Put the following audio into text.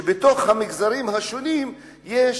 שבתוך המגזרים השונים יש